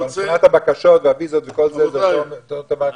אבל מבחינת הבקשות והוויזות וכל הדברים זה אותו דבר?